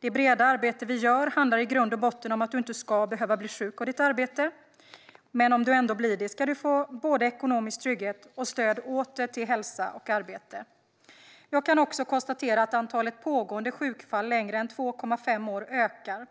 Det breda arbete vi gör handlar i grund och botten om att man inte ska behöva bli sjuk av sitt arbete, men om man ändå blir det ska man få både ekonomisk trygghet och stöd åter till hälsa och arbete. Jag kan också konstatera att antalet pågående sjukfall längre än 2,5 år ökar.